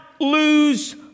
lose